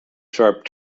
sharp